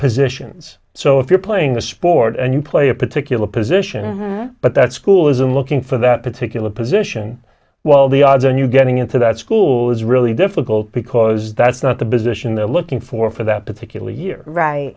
positions so if you're playing a sport and you play a particular position but that school isn't looking for that particular position well the odds on you getting into that school is really difficult because that's not the position they're looking for for that